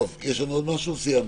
יש לנו עוד משהו או שסיימנו?